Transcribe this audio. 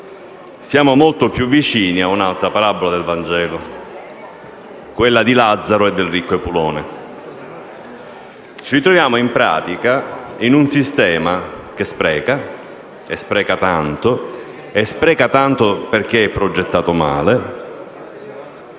Siamo molto più vicini a un'altra parabola del vangelo, quella di Lazzaro e del ricco Epulone. Ci troviamo, in pratica, a far parte di un sistema che spreca tanto perché è progettato male